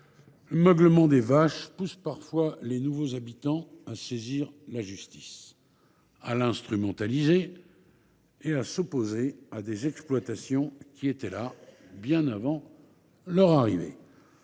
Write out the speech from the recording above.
le meuglement des vaches poussent certains de ces nouveaux habitants à saisir la justice, à l’instrumentaliser et à s’opposer à des exploitations qui étaient là bien avant leur arrivée.